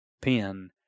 pen